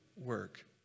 work